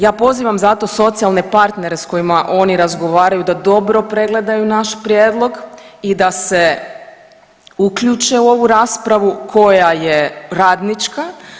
Ja pozivam zato socijalne partnere s kojima oni razgovaraju da dobro pregledaju naš prijedlog i da se uključe u ovu raspravu koja je radnička.